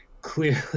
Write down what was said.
clearly